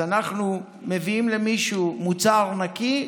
אז אנחנו מביאים למישהו מוצר נקי,